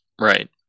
Right